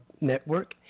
Network